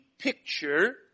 Picture